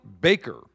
Baker